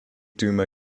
duma